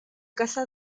casa